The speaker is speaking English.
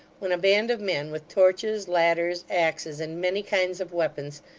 when a band of men with torches, ladders, axes, and many kinds of weapons,